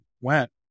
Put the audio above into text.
went